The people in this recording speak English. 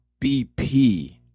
BP